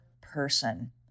person